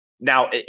Now